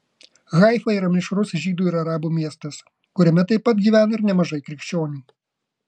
haifa yra mišrus žydų ir arabų miestas kuriame taip pat gyvena ir nemažai krikščionių